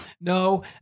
No